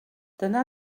dyna